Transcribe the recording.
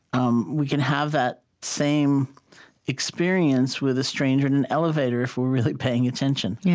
um we can have that same experience with a stranger in an elevator, if we're really paying attention. yeah